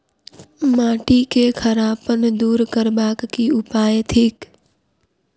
माटि केँ खड़ापन दूर करबाक की उपाय थिक?